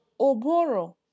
oboro